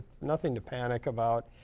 nothing to panic about.